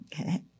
Okay